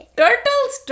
turtles